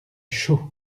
chaud